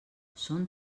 són